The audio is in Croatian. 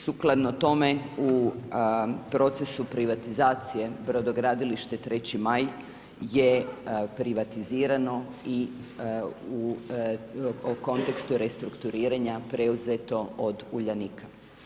Sukladno tome, u procesu privatizacije brodogradilište 3. Maj, je privatizirano i u kontekstu restrukturiranja preuzeto od Uljanika.